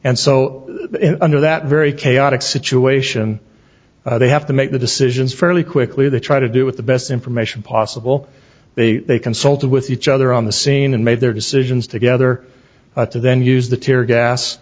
and so under that very chaotic situation they have to make the decisions fairly quickly they try to do with the best information possible they they consulted with each other on the scene and made their decisions together to then use the tear gas